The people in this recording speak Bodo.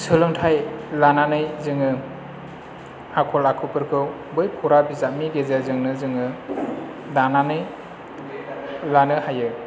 सोलोंथाइ लानानै जोङो आखल आखुफोरखौ बै फराबिजाबनि गेजेरजोंनो जोङो दानानै लानो हायो